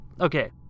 Okay